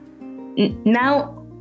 Now